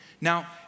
Now